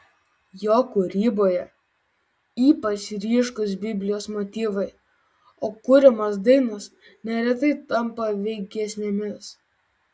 jo kūryboje ypač ryškūs biblijos motyvai o kuriamos dainos neretai tampa veik giesmėmis